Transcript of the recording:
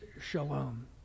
shalom